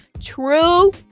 True